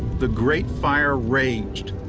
the great fire raged.